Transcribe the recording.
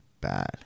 bad